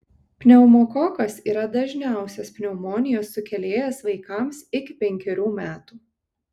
pneumokokas yra dažniausias pneumonijos sukėlėjas vaikams iki penkerių metų